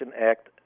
Act